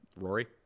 Rory